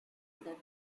the